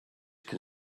can